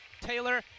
Taylor